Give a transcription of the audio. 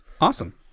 Awesome